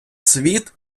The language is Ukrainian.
світ